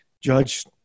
Judge